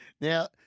Now